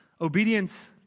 obedience